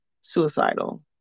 suicidal